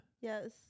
Yes